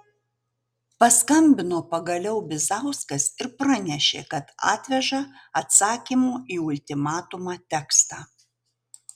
paskambino pagaliau bizauskas ir pranešė kad atveža atsakymo į ultimatumą tekstą